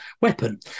weapon